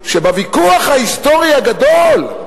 בוויכוח ההיסטורי הגדול,